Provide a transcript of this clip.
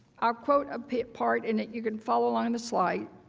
ah quote ah part and you can follow along the slide.